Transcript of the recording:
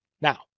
Now